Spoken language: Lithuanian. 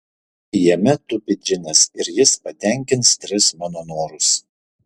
jame tupi džinas ir jis patenkins tris mano norus